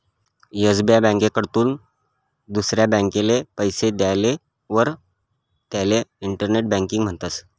SBI ब्यांककडथून दुसरा ब्यांकले पैसा देयेलवर त्याले इंटर बँकिंग म्हणतस